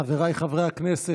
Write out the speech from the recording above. חבריי חברי הכנסת,